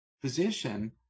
physician